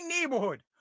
neighborhood